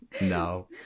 No